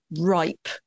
ripe